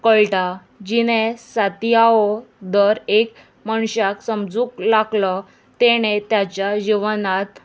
कळटा जिणे सातो दर एक मनशाक समजूंक लागलो तेणें ताच्या जिवनांत